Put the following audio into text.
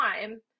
time